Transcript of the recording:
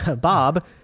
Bob